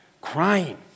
crying